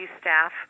staff